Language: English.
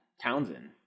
Townsend